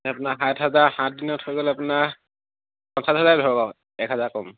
আপোনাৰ সাত হাজাৰ সাত দিনত হৈ গ'লে আপোনাৰ পঞ্চাছ হাজাৰে ধৰক আৰু এক হাজাৰ কম